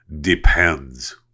depends